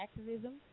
activism